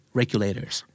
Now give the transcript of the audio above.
regulators